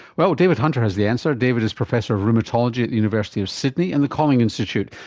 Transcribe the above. well, david hunter has the answer. david is professor of rheumatology at the university of sydney and the kolling institute,